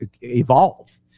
evolve